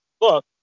look